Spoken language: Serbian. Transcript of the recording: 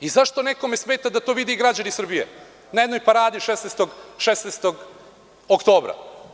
I zašto nekome smeta da to vide i građani Srbije, na jednoj paradi 16. oktobra?